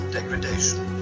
degradation